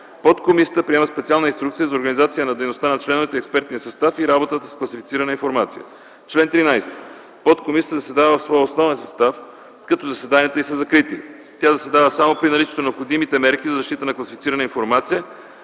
Подкомисията приема специална инструкция за организация на дейността на членовете и експертния състав и работата с класифицирана информация. Чл. 13. Подкомисията заседава в своя основен състав, като заседанията й са закрити. Тя заседава само при наличие на необходимите мерки за защита на класифицирана информация